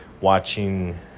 watching